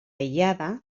aïllada